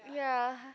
ya